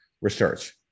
research